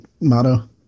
motto